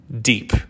deep